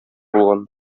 булган